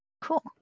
cool